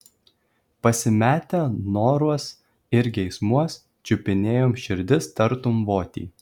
pasimetę noruos ir geismuos čiupinėjom širdis tartum votį